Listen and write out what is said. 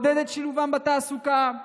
בטווח המיידי, תעודד את שילובם בתעסוקה,